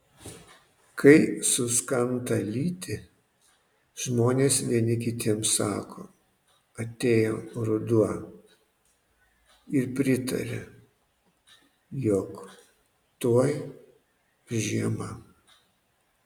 kai suskanta lyti žmonės vieni kitiems sako atėjo ruduo ir pritaria jog tuoj žiema